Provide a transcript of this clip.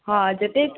हजुर त्यही त